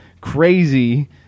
crazy